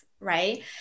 right